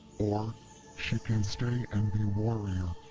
or she can stay and be warrior.